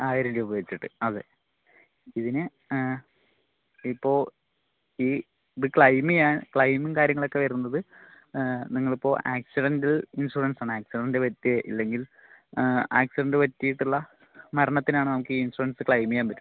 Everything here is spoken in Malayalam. ആയിരം രൂപ വെച്ചിട്ട് അതെ ഇതിന് ഇപ്പോൾ ഇ ഇത് ക്ളൈമിയാ ക്ളൈമും കാര്യങ്ങളൊക്കെ വെരുന്നത് നിങ്ങളിപ്പോൾ ആക്സിഡൻറ്റ് ഇൻഷുറൻസാണ് ആക്സിഡൻറ്റ് പറ്റിയെ ഇല്ലെങ്കിൽ ആ ആക്സിഡന്റ് പറ്റിയിട്ടുള്ള മരണത്തിനാണ് നമുക്കീ ഇൻഷുറൻസ് ക്ളൈമ് ചെയ്യാൻ പറ്റുന്നത്